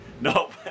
nope